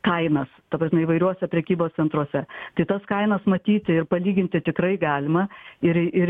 kainas ta prasme įvairiuose prekybos centruose tai tas kainas matyti ir palyginti tikrai galima ir ir